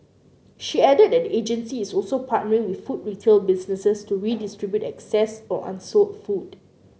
she added that the agency is also partnering with food retail businesses to redistribute excess or unsold food